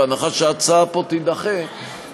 בהנחה שההצעה פה תידחה,